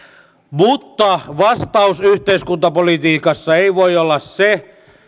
mutta vastaus yhteiskuntapolitiikassa ei voi olla se